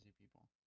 people